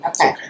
okay